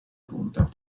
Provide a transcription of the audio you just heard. punta